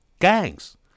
Gangs